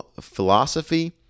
philosophy